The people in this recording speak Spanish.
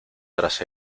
tras